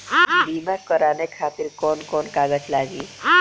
बीमा कराने खातिर कौन कौन कागज लागी?